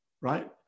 right